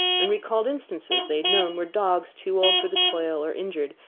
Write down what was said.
and recalled instances they had known, where dogs, too old for the toil, or injured,